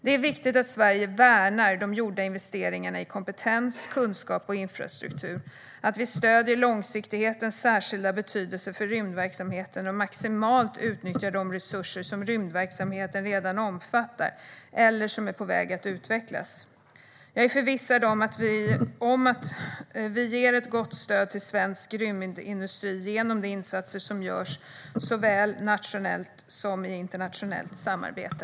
Det är viktigt att Sverige värnar de gjorda investeringarna i kompetens, kunskap och infrastruktur, att vi stöder långsiktighetens särskilda betydelse för rymdverksamheten och maximalt utnyttjar de resurser som rymdverksamheten redan omfattar eller som är på väg att utvecklas. Jag är förvissad om att vi ger ett gott stöd till svensk rymdindustri genom de insatser som görs såväl nationellt som i internationellt samarbete.